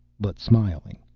but smiling.